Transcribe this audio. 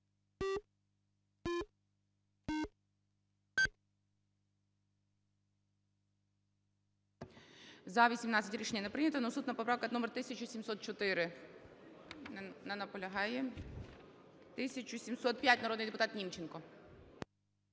За-18 Рішення не прийнято. Наступна поправка номер 1704. Не наполягає. 1705, народний депутат Німченко.